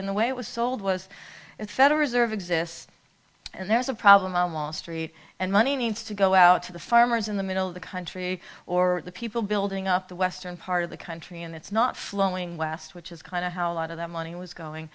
in the way it was sold was a federal reserve exists and there's a problem on wall street and money needs to go out to the farmers in the middle of the country or the people building up the western part of the country and it's not flowing west which is kind of how a lot of that money was going